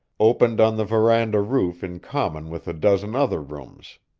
opened on the veranda roof in common with a dozen other rooms.